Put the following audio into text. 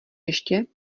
ještě